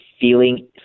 feeling